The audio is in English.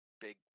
big